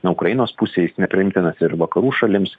na ukrainos pusei jis nepriimtinas ir vakarų šalims